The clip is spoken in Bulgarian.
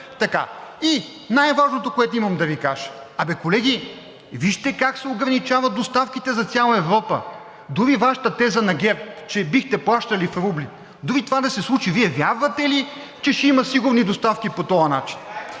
И най-важното, което имам да Ви кажа, колеги, вижте как се ограничават доставките за цяла Европа. Дори Вашата теза – на ГЕРБ, че бихте плащали в рубли, дори и това да се случи, Вие вярвате ли, че ще има сигурни доставки по този начин?